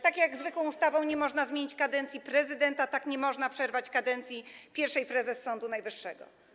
Tak jak zwykłą ustawą nie można zmienić kadencji prezydenta, tak nie można przerwać kadencji pierwszej prezes Sądu Najwyższego.